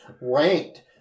ranked